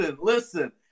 listen